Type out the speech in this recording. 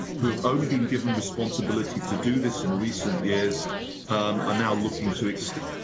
who have only been given responsibility to do this in recent years are now looking to